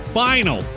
final